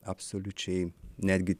absoliučiai netgi